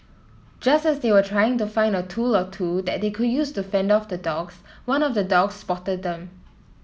just as they were trying to find a tool or two that they could use to fend off the dogs one of the dogs spotted them